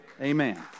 Amen